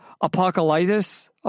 Apocalypse